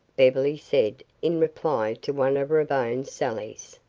beverly said in reply to one of ravone's sallies,